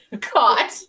Caught